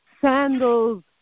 sandals